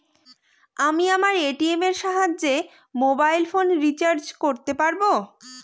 আমি আমার এ.টি.এম এর সাহায্যে মোবাইল ফোন রিচার্জ করতে পারব?